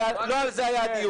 לא על זה היה הדיון.